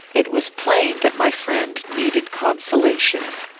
it was plain that my friend needed consolation.